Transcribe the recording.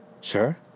Sure